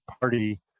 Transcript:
Party